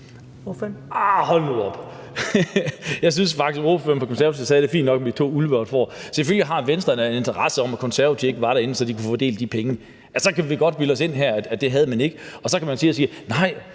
(NB): Hold nu op! Jeg synes faktisk, at ordføreren for Konservative sagde det fint nok med de to ulve og et får. Selvfølgelig har Venstre da en interesse i, af Konservative ikke var derinde, så de kunne få delt de penge. Så kan vi godt bilde os ind her, at det havde man ikke, og så kan man sidde